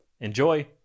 enjoy